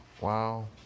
Wow